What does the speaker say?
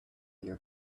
your